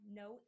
no